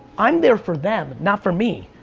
i'm there for them, not for me.